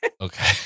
Okay